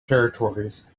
territories